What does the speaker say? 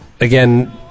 again